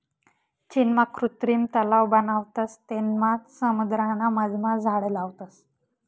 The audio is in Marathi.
चीनमा कृत्रिम तलाव बनावतस तेनमा समुद्राना मधमा झाड लावतस